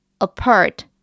Apart